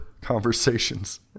conversations